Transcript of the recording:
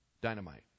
dynamite